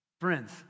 Friends